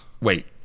Wait